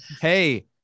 hey